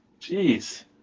Jeez